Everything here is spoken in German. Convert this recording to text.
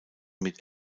mit